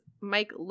Mike